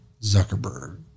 Zuckerberg